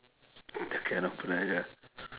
cannot find ah